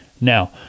Now